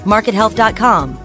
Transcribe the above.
Markethealth.com